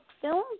film